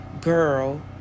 girl